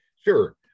Sure